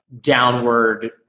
downward